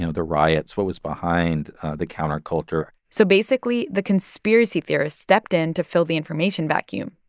so the riots, what was behind the counterculture so basically the conspiracy theorists stepped in to fill the information vacuum.